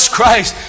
Christ